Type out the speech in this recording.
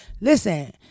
Listen